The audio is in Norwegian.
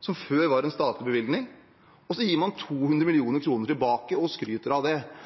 som før var en statlig bevilgning, og så gir man 200